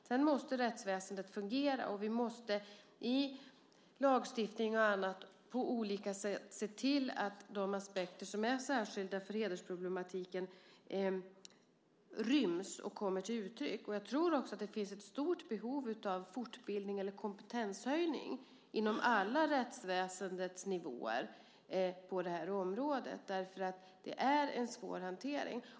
Sedan måste rättsväsendet fungera, och vi måste på olika sätt, i lagstiftning och annat, se till att de aspekter som är speciella för hedersproblematiken ryms där och kommer till uttryck. Jag tror att det finns ett stort behov av fortbildning eller kompetenshöjning på alla nivåer inom rättsväsendet när det gäller det här området just för att det är så svårhanterligt.